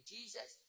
Jesus